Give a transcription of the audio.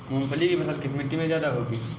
मूंगफली की फसल किस मिट्टी में ज्यादा होगी?